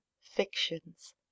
fictions